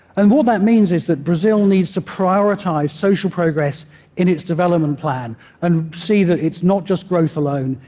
and what that means is that brazil needs to prioritize social progress in its development plan and see that it's not just growth alone,